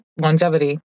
longevity